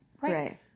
Right